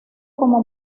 como